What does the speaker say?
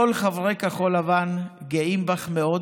כל חברי כחול לבן גאים בך מאוד